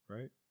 Right